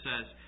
says